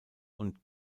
und